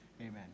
Amen